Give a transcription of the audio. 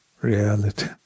reality